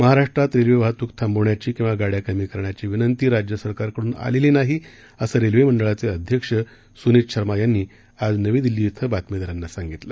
महाराष्ट्रात रेल्वे वाहतूक थांबवण्याची किंवा गाड्या कमी करण्याची विनंती राज्य सरकारकडून आलेली नाही असं रेल्वे मंडळांचे अध्यक्ष सुनीत शर्मा यांनी आज नवी दिल्ली श्विं बातमीदारांना सांगितलं